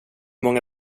många